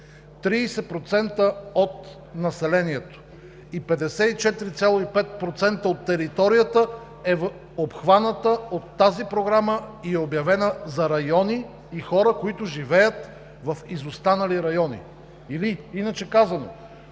30% от населението и 54,5% от територията е обхваната от тази програма и е обявена за райони и хора, които живеят в изостанали райони. Или иначе казано,